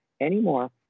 anymore